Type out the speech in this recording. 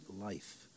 life